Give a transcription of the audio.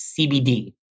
CBD